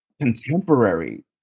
contemporary